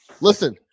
listen